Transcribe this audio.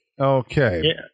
Okay